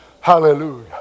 Hallelujah